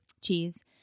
cheese